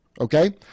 Okay